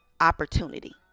opportunity